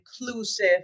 inclusive